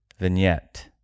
vignette